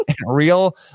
real